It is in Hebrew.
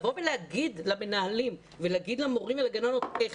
להגיד למנהלים ולהגיד למורים ולגננות איך